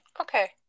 Okay